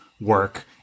work